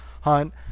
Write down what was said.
hunt